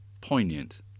poignant